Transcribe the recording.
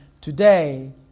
today